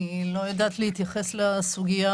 אני לא יודעת להתייחס לסוגיה